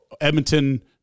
Edmonton